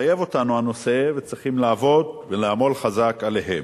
שמחייבים אותנו, וצריכים לעבוד ולעמול חזק עליהם.